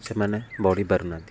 ସେମାନେ ବଢ଼ି ପାରୁନାହାଁନ୍ତି